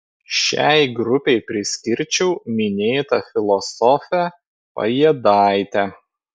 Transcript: šiai grupei priskirčiau minėtą filosofę pajėdaitę